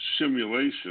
simulation